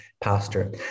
pastor